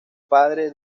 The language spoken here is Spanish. padre